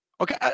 Okay